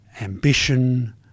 ambition